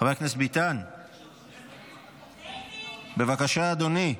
חבר הכנסת ביטן, בבקשה, אדוני.